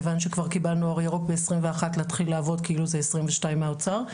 כיוון שכבר קיבלנו אור ירוק להתחיל לעבוד כאילו זה 2022 מהאוצר.